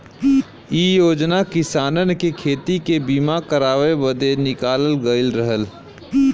इ योजना किसानन के खेती के बीमा करावे बदे निकालल गयल रहल